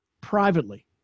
privately